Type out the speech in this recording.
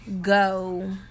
go